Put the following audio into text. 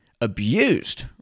abused